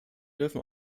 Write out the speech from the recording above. dürfen